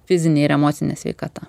fizinė ir emocinė sveikata